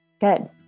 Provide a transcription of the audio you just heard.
Good